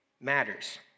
matters